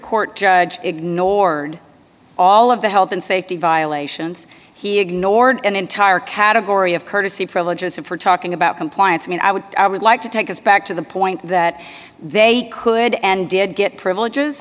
court judge ignored all of the health and safety violations he ignored an entire category of courtesy privileges if we're talking about compliance i mean i would i would like to take us back to the point that they could and did get privileges